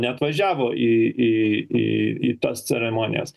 neatvažiavo į į į į tas ceremonijas